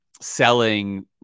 selling